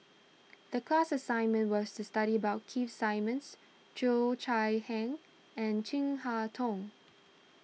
the class assignment was to study about Keith Simmons Cheo Chai Hiang and Chin Harn Tong